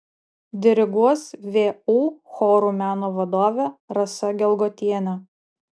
diriguos vu chorų meno vadovė rasa gelgotienė